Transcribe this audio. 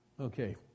Okay